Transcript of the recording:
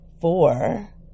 four